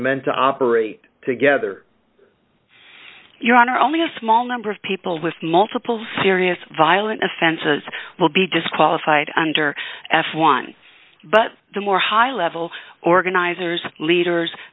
meant to operate together your honor only a small number of people with multiple serious violent offenses will be disqualified under f one but the more high level organizers leaders